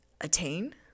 attain